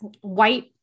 white